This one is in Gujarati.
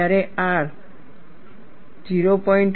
જ્યારે R 0